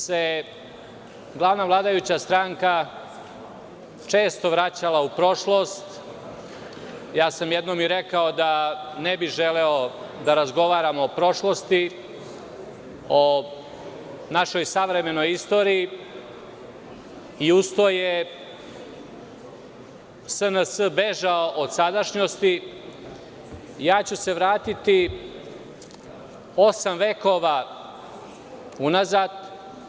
Pošto se glavna vladajuća stranka često vraćala u prošlost, ja sam jednom i rekao da ne bih želeo da razgovaramo o prošlosti, o našoj savremenoj istoriji, a uz to je SNS bežala od sadašnjosti, ja ću se vratiti osam vekova unazad.